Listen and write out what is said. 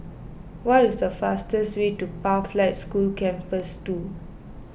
what is the fastest way to Pathlight School Campus two